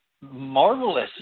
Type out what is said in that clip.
marvelous